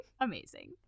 amazing